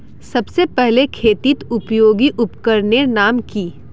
सबसे पहले खेतीत उपयोगी उपकरनेर नाम की?